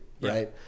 right